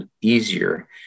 easier